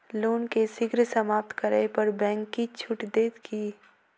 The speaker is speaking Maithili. लोन केँ शीघ्र समाप्त करै पर बैंक किछ छुट देत की